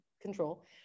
control